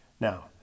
Now